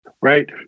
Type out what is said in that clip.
right